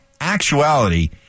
actuality